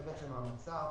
זה המצב